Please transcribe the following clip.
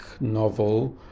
novel